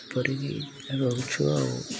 ଏପରିକି ରହୁଛୁ ଆଉ